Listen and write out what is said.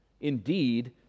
Indeed